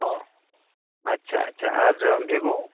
ᱚᱸᱻ ᱟᱪᱪᱷᱟ ᱟᱪᱪᱷᱟ ᱟᱨ ᱵᱷᱤᱵᱚ